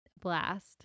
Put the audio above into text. blast